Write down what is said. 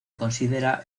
considera